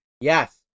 yes